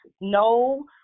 no